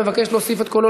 מבקש להוסיף את קולו,